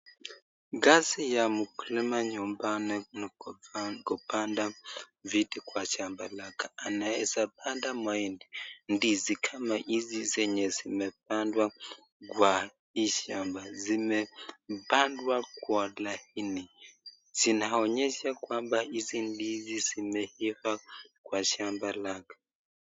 Kazi ya mkulima nyumbani ni kupanda vitu kwa shamba lake anaweza mahindi, ndizi kama hizi zenye zimepandwa kwa hii shamba, zimepandwa kwa laini, zinaonyesha hizi ndizi zimeiva kwa shamba lake.